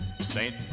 saint